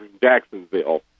Jacksonville